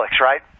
right